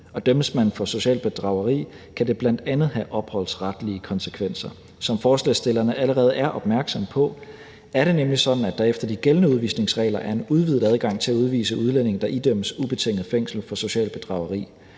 Dømmes man for socialt bedrageri, kan det bl.a. have opholdsretlige konsekvenser. Som forslagsstillerne allerede er opmærksomme på, er det nemlig sådan, at der efter de gældende udvisningsregler er en udvidet adgang til at udvise udlændinge, der idømmes ubetinget fængsel for socialt bedrageri.